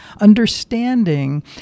Understanding